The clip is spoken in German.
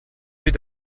mit